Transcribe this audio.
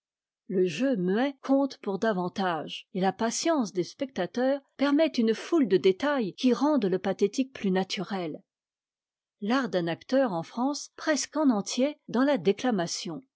le jeu muet compte pour davantage et la patience des spectateurs permet une foule de détails qui rendent le pathétique plus naturel l'art d'un acteur en france consiste presque en entier dans la déclamation